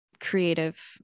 creative